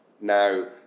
Now